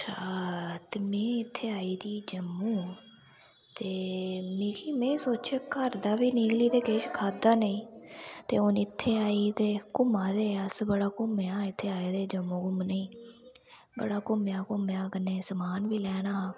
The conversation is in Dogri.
हां ते में इत्थै आई दी जम्मू ते मिगी में सोचेआ घर दा बी निकली गेदी ते किश खादा नेईं ते हून इत्थै आई ते घूमा दे है अस बड़ा घूमेआ इत्थै आई गेदे जम्मू घूमने गी बड़ा घूमेआ घूमियै कन्नै समान बी लैना